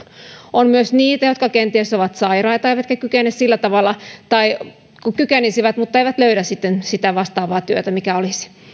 on myös niitä jotka kenties ovat sairaita eivätkä kykene sillä tavalla tai kykenisivät mutta eivät löydä sitten sitä vastaavaa työtä mikä olisi